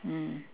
mm